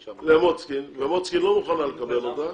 למוצקין, ומוצקין לא מוכנה לקבל אותה,